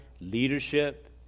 leadership